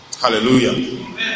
Hallelujah